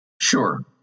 sure